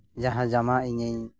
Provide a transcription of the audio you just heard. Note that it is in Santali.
ᱡᱟᱦᱟᱸ ᱡᱟᱢᱟ ᱤᱧᱤᱧ